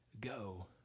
Go